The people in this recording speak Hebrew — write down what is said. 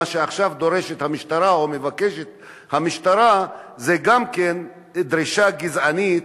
מה שעכשיו המשטרה דורשת או מבקשת זה גם כן דרישה גזענית,